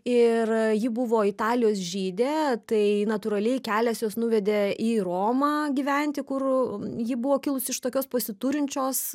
ir ji buvo italijos žydė tai natūraliai kelias juos nuvedė į romą gyventi kur ji buvo kilusi iš tokios pasiturinčios